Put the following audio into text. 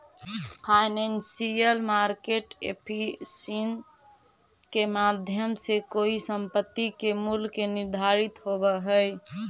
financial market efficiency के माध्यम से कोई संपत्ति के मूल्य के निर्धारण होवऽ हइ